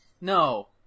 No